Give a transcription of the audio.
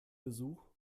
besuch